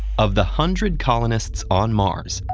of the hundred colonists on mars,